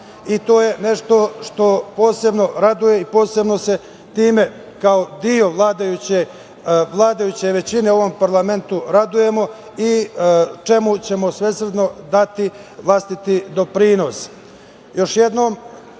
To je nešto što posebno raduje i posebno se time, kao deo vladajuće većine u ovom parlamentu radujemo i čemu ćemo svesredno dati vlastiti doprinos. Još